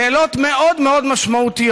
שאלות מאוד משמעותיות,